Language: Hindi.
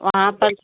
वहाँ पर